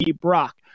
Brock